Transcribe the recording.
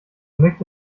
möchte